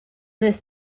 this